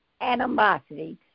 animosity